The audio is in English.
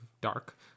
dark